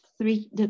three